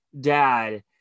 dad